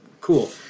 cool